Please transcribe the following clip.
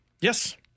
Yes